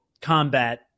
combat